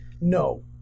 no